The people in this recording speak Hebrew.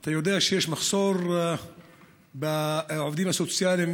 אתה יודע שיש מחסור בעובדים הסוציאליים,